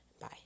bye